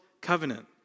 covenant